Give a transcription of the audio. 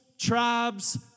tribes